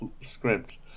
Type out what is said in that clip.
script